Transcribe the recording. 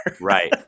right